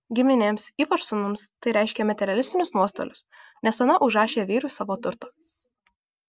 giminėms ypač sūnums tai reiškė materialinius nuostolius nes ona užrašė vyrui savo turto